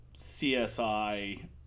CSI